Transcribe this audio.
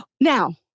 Now